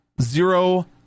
zero